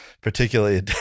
particularly